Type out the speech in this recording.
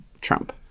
Trump